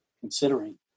considering